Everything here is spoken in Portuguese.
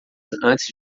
antes